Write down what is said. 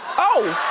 oh.